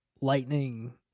lightning